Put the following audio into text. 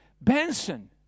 Benson